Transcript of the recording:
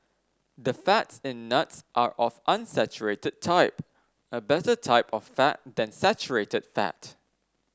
the fats in nuts are of unsaturated type a better type of fat than saturated fat